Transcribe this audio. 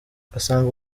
ugasanga